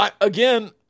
again